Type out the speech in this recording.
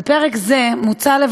בפרק זה מוצע,